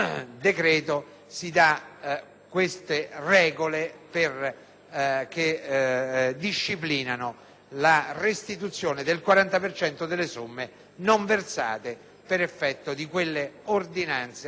le regole che disciplinano la restituzione del 40 per cento delle somme non versate per effetto delle ordinanze emesse a valle del terremoto.